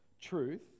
Truth